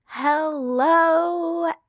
Hello